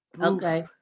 Okay